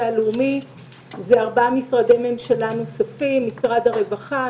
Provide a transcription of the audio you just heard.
הלאומי ארבעה משרדי ממשלה נוספים: משרד הרווחה,